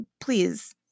please